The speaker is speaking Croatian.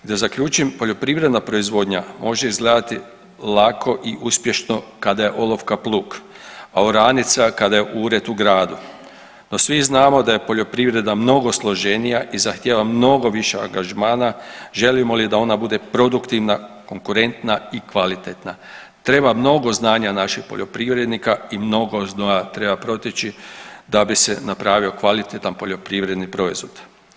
Da zaključim, poljoprivredna proizvodnja može izgledati lako i uspješno kada je olovka plug, a oranica kada je ured u gradu, no svi znamo da je poljoprivreda mnogo složenija i zahtjeva mnogo više angažmana želimo li da ona bude produktivna, konkurentna i kvalitetna, treba mnogo znanja naših poljoprivrednika i mnogo znoja treba proteći da bi se napravio kvalitetan poljoprivredni proizvod.